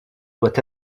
doit